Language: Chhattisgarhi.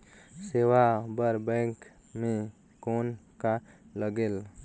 सेवा बर बैंक मे कौन का लगेल?